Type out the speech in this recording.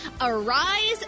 arise